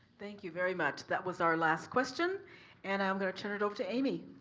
thank you very much that was our last question and i'm gonna turn it over to amy.